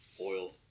oil